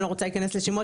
אני לא רוצה להיכנס לשמות,